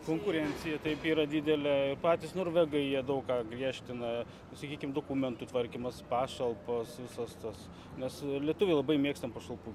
konkurencija taip yra didelė patys norvegai jie daug ką griežtina sakykim dokumentų tvarkymas pašalpos visos tos mes lietuviai labai mėgstam pašalpų